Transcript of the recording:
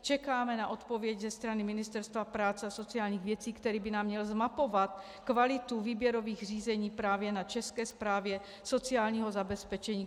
Čekáme na odpověď ze strany Ministerstva práce a sociálních věcí, která by nám měla zmapovat kvalitu výběrových řízení právě na České správě sociálního zabezpečení.